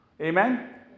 Amen